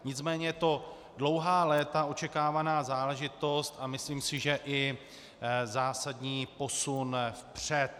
Nicméně je to dlouhá léta očekávaná záležitost a myslím si, že i zásadní posun vpřed.